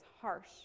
harsh